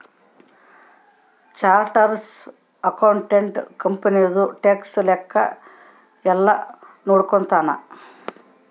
chartered accountant ಕಂಪನಿದು tax ಲೆಕ್ಕ ಯೆಲ್ಲ ನೋಡ್ಕೊತಾನ